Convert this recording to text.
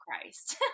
Christ